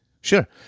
Sure